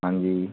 ਹਾਂਜੀ